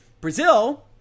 Brazil